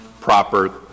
proper